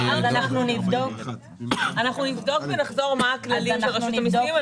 אנחנו נבדוק ונחזור עם תשובה מה הכללים של רשות המיסים.